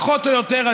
פחות או יותר,